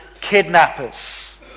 kidnappers